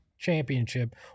championship